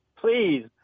Please